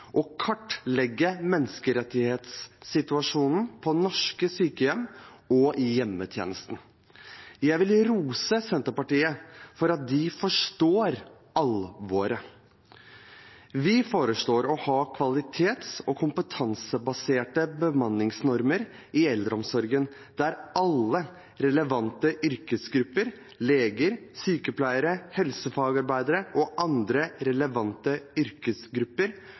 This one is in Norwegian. å kartlegge menneskerettighetssituasjonen på norske sykehjem og i hjemmetjenesten. Jeg vil rose Senterpartiet for at de forstår alvoret. Vi foreslår å ha kvalitets- og kompetansebaserte bemanningsnormer i eldreomsorgen, der alle relevante yrkesgrupper – leger, sykepleiere, helsefagarbeidere og andre relevante yrkesgrupper